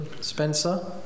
Spencer